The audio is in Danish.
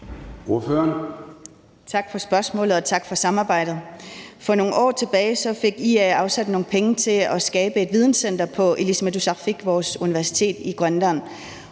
Tak for spørgsmålet, og tak for samarbejdet. For nogle år siden fik IA afsat nogle penge til at skabe et videncenter på Ilisimatusarfik, vores universitet i Grønland.